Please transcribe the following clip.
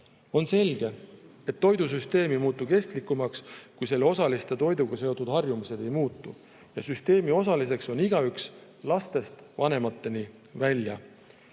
On selge, et toidusüsteem ei muutu kestlikumaks, kui selle osaliste toiduga seotud harjumused ei muutu. Süsteemi osaliseks on igaüks, lastest vanemateni välja.